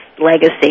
legacy